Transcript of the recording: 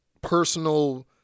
personal